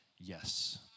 yes